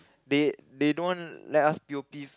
they they don't let us p_o_p